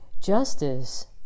Justice